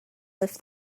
lift